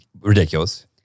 Ridiculous